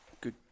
good